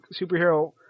superhero